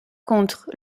contre